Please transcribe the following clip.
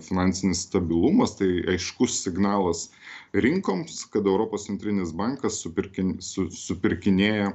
finansinis stabilumas tai aiškus signalas rinkoms kad europos centrinis bankas supirkin su supirkinėja